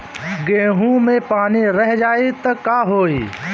गेंहू मे पानी रह जाई त का होई?